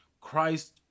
Christ